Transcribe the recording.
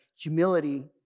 Humility